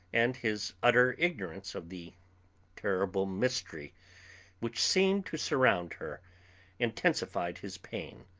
and his utter ignorance of the terrible mystery which seemed to surround her intensified his pain.